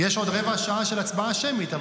עוד רבע שעה יש הצבעה שמית,